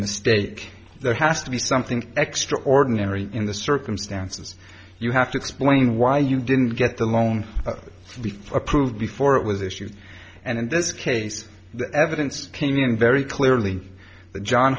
mistake there has to be something extraordinary in the circumstances you have to explain why you didn't get the loans to be approved before it was issued and in this case the evidence came in very clearly john